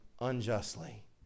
unjustly